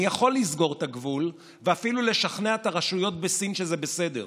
אני יכול לסגור את הגבול ואפילו לשכנע את הרשויות בסין שזה בסדר,